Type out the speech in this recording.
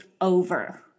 over